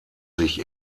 sich